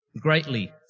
greatly